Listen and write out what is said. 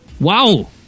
Wow